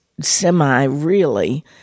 semi-really